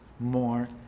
More